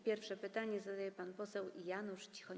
Pierwsze pytanie zada poseł Janusz Cichoń.